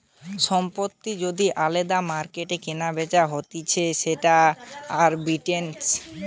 সম্পত্তি যদি আলদা মার্কেটে কেনাবেচা হতিছে সেটা আরবিট্রেজ